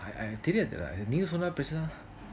தெரியாது நீங்க சொன்ன பிரச்னை:teriyathu nenga sonna prechana